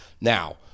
Now